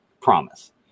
promise